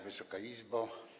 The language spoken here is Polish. Wysoka Izbo!